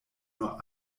nur